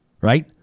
Right